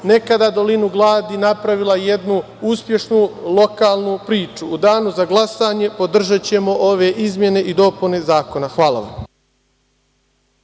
nekada dolinu gladi, napravila jednu uspešnu lokalnu priču.U danu za glasanje podržaćemo ove izmene i dopune zakona. Hvala vam.